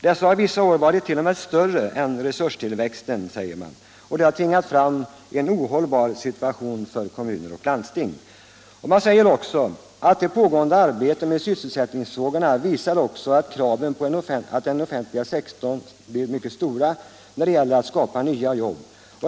Dessa har vissa år varit större än resurstillväxten —---.” Detta har försatt kommuner och landsting i en ohållbar situation. Vidare säger man: ”Det pågående arbetet med sysselsättningsfrågorna visar också att kraven på den offentliga sektorn blir stora när det gäller att skapa nya jobb.